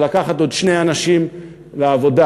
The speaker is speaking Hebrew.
ולקחת עוד שני אנשים לעבודה,